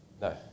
No